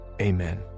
Amen